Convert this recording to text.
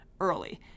early